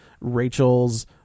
rachel's